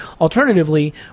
Alternatively